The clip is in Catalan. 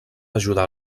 ajudar